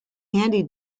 handy